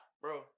Bro